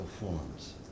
forms